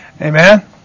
Amen